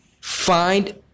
find